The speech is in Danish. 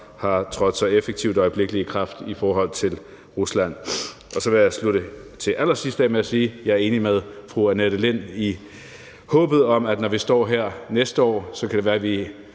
har trådt så effektivt og øjeblikkelig i kraft i forhold til Rusland. Til allersidst vil jeg slutte af med at sige, at jeg er enig med fru Annette Lind i håbet om – selv om det nok er et meget naivt